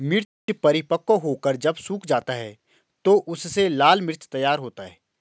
मिर्च परिपक्व होकर जब सूख जाता है तो उससे लाल मिर्च तैयार होता है